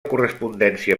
correspondència